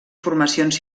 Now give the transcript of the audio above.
formacions